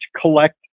collect